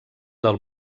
del